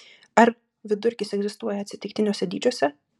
ar vidurkis egzistuoja atsitiktiniuose dydžiuose